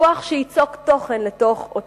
כוח שייצוק תוכן לתוך אותה ציונות.